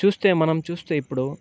చూస్తే మనం చూస్తే ఇప్పుడు